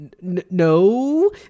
no